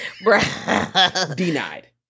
Denied